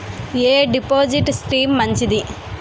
ఎ deposit scheme మంచిది?